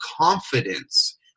confidence